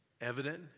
evident